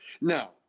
Now